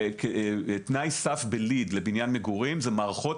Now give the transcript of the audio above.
תנאי סף ב-LEED לבניין מגורים זה מערכות